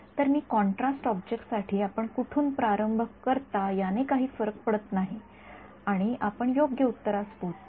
तर कमी contrast object साठी आपण कोठून प्रारंभ करता याने काही फरक पडत नाही आणि आपण योग्य उत्तरास पोचता